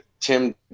Tim